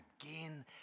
again